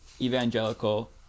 evangelical